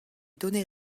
donner